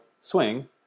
Swing